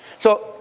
so,